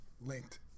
linked